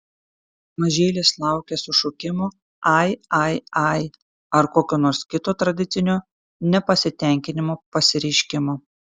mažylis laukia sušukimo ai ai ai ar kokio nors kito tradicinio nepasitenkinimo pasireiškimo